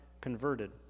converted